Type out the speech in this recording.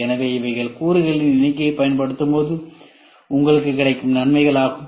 எனவே இவைகள் கூறுகளின் எண்ணிக்கையை பயன்படுத்தும்போது உங்களுக்கு கிடைக்கும் நன்மைகள் ஆகும்